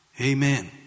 Amen